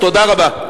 תודה רבה.